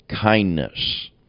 kindness